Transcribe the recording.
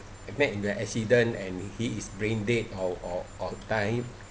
met in a accident and he is brain dead or or or died